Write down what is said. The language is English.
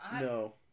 No